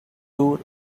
tour